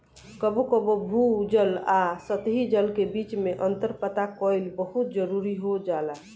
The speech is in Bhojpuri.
कबो कबो भू जल आ सतही जल के बीच में अंतर पता कईल बहुत जरूरी हो जाला